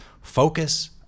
focus